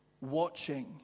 watching